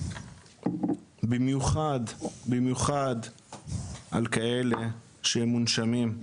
במיוחד על כאלה שהם מונשמים.